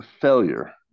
failure